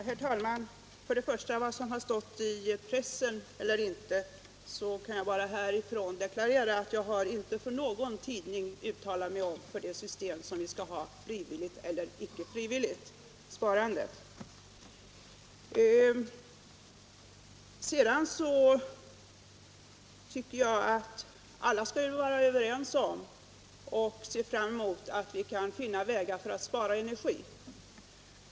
Herr talman! Vad till att börja med beträffar det som har stått i pressen kan jag deklarera att jag inte för någon tidning har uttalat mig om huruvida vi skall ha ett frivilligt eller ett icke frivilligt sparsystem. I övrigt tycker jag att vi alla kan vara överens om angelägenheten av att finna vägar att spara energi.